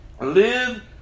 Live